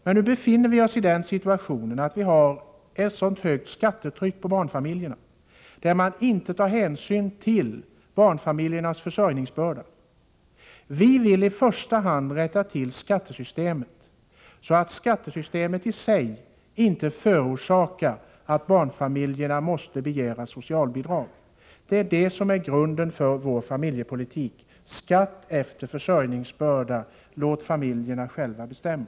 Men vi befinner oss i den situationen att skattetrycket på barnfamiljerna är högt och att man inte tar hänsyn till barnfamiljernas försörjningsbörda. Vi vill i första hand rätta till skattesystemet, så att det i sig inte orsakar att barnfamiljerna måste begära socialbidrag. Grunden för vår familjepolitik är: Skatt efter försörjningsbörda. Låt familjerna själva bestämma!